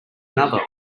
another